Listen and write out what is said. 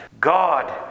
God